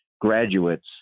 graduates